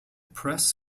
press